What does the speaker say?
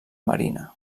marina